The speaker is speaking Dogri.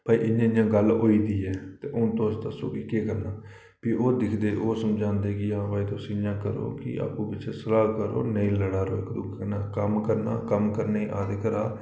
भाई इ'यां इ'यां गल्ल होई दी ऐ ते हून तुस दस्सो कि केह् करना फ्ही ओह् दिखदे ओह् समझांदे कि हां भाई तुस इ'यां करो कि आपूं बिच्चें सलाह् करो नेईं लड़ा करो इक दूए कन्नै कम्म करना कम्म करने गी आंदे घरा